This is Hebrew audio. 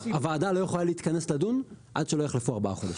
הוועדה לא יכולה להתכנס לדון עד שיחלפו ארבעה חודשים.